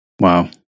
Wow